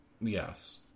Yes